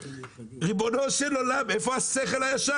ריבונו של עולם, איפה השכל הישר?